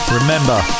remember